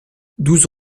douze